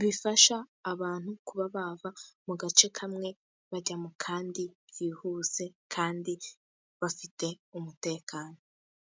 Bifasha abantu kuba bava mu gace kamwe bajya mu kandi byihuse kandi bafite umutekano.